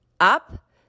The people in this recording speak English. up